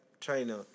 China